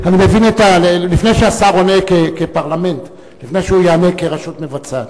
לפני שהשר עונה כרשות מבצעת.